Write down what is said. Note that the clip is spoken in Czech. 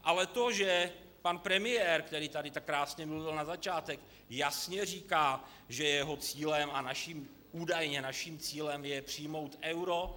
Ale to, že pan premiér, který tady tak krásně mluvil na začátku, jasně říká, že jeho cílem a údajně naším cílem je přijmout euro.